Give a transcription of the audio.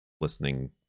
listening